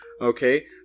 okay